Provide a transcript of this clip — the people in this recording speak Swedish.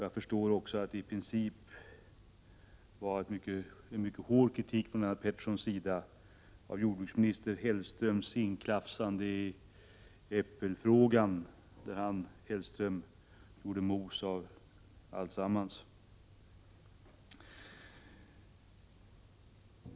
Jag förstår att det i princip var en mycket hård kritik från Lennart Petterssons sida mot jordbruksminister Hellströms inklafsande i äppeldebatten, där Hellström gjorde mos av alltsammans.